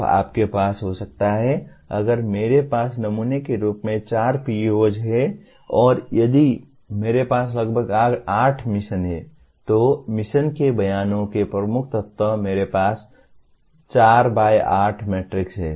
तो आपके पास हो सकता है अगर मेरे पास नमूने के रूप में चार PEOs हैं और यदि मेरे पास लगभग 8 मिशन हैं तो मिशन के बयानों के प्रमुख तत्व मेरे पास 4 बाय 8 मैट्रिक्स हैं